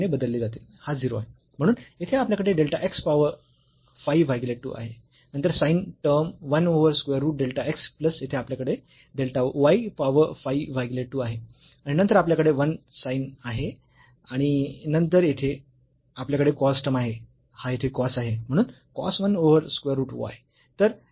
म्हणून येथे आपल्याकडे डेल्टा x पॉवर 5 भागीले 2 आहे नंतर sin term 1 over square root delta x plus येथे आपल्याकडे डेल्टा y पॉवर 5 भागीले 2 आहे आणि नंतर आपल्याकडे 1 sin आहे आणि नंतर येथे आपल्याकडे cos टर्म आहे हा येथे cos आहे म्हणून cos 1 over square root y